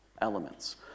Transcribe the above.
elements